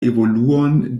evoluon